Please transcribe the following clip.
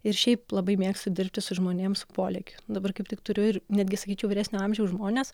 ir šiaip labai mėgstu dirbti su žmonėm su polėkiu dabar kaip tik turiu ir netgi sakyčiau vyresnio amžiaus žmones